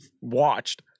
watched